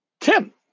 Tim